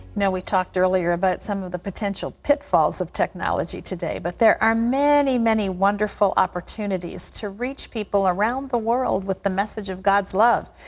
we talked earlier about some of the potential pitfalls of technology today, but there are many, many wonderful opportunities to reach people around the world with the message of god's love.